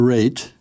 Rate